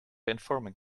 informing